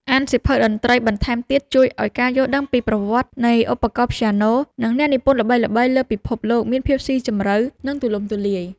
អានសៀវភៅតន្ត្រីបន្ថែមទៀតជួយឱ្យការយល់ដឹងពីប្រវត្តិនៃឧបករណ៍ព្យ៉ាណូ និងអ្នកនិពន្ធល្បីៗលើពិភពលោកមានភាពស៊ីជម្រៅ និងទូលំទូលាយ។